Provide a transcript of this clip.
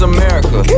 America